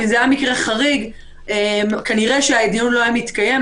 אם זה היה מקרה חריג כנראה שהדיון לא היה מתקיים.